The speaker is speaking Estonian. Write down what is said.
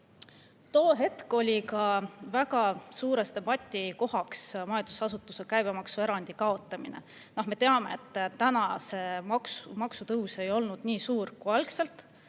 Too hetk oli ka väga suureks debatikohaks majutusasutuste käibemaksuerandi kaotamine. Me teame, et täna see maksutõus ei ole nii suur, kui algselt